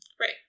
Right